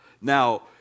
Now